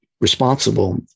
responsible